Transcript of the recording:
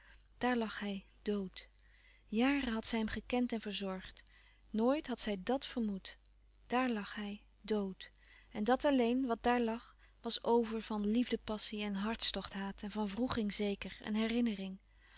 daar lag hij dood jaren had zij hem gekend en verzorgd nooit had zij dàt vermoed daar lag hij dood en dat alleen wat daar lag was over van liefdepassie en hartstochthaat en van wroeging zeker en herinnering